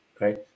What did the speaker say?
right